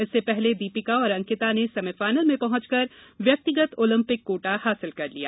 इससे पहले दीपिका और अंकिता ने सेमीफाइनल में पहुंचकर व्यक्तिगत ओलंपिक कोटा हासिल कर लिया